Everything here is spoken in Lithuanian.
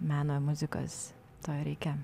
meno ir muzikas to reikia